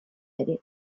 ere